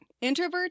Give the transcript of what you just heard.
Introvert